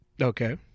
Okay